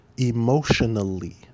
emotionally